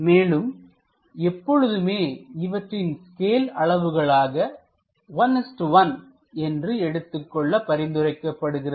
மேலும் எப்பொழுதுமே இவற்றின் ஸ்கேல் அளவுகளாக 11 என்று எடுத்துக் கொள்ள பரிந்துரைக்கப்படுகிறது